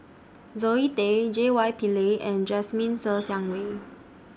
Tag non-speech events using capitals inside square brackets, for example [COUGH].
Zoe Tay J Y Pillay and Jasmine Ser Xiang [NOISE] Wei